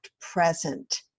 present